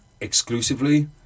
Exclusively